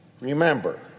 Remember